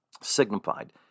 signified